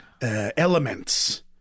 Elements